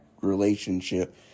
relationship